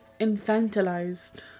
infantilized